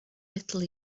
little